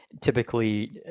typically